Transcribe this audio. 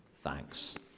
Thanks